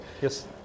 Yes